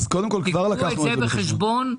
קחו את זה בחשבון.